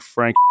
Frank